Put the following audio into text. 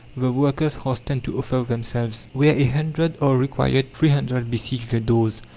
the workers hasten to offer themselves. where a hundred are required three hundred besiege the doors,